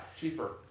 cheaper